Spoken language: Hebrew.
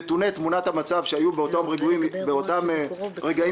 את המים צריך לאגור או לאגום בגב ההר.